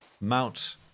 mount